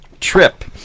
trip